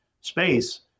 space